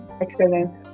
Excellent